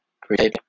creating